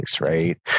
right